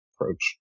approach